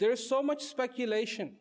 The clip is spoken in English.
there's so much speculation